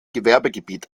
gewerbegebiet